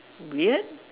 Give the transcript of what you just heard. weird